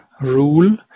rule